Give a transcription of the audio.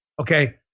Okay